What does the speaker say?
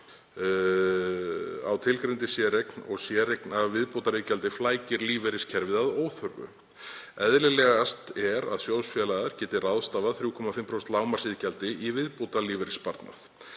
á tilgreindri séreign og séreign af viðbótariðgjaldi flækir lífeyriskerfið að óþörfu. Eðlilegast er að sjóðfélagar geti ráðstafað 3,5% af lágmarksiðgjaldi í viðbótarlífeyrissparnað.